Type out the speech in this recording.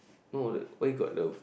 no where got the